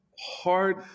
hard